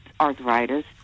arthritis